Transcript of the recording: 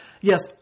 yes